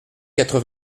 quatre